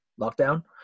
lockdown